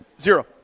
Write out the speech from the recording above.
Zero